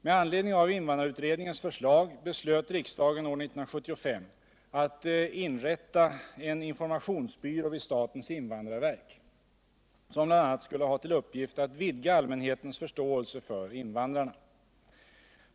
Med anledning av invandrarutredningens förslag beslöt riksdagen år 1975 att inrätta en informationsbyrå vid statens invandrarverk, som bl.a. skulle ha till upppift att vidga allmänhetens förståelse för invandrarna.